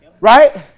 Right